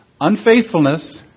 unfaithfulness